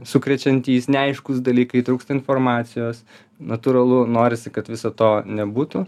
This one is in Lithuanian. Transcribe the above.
sukrečiantys neaiškūs dalykai trūksta informacijos natūralu norisi kad viso to nebūtų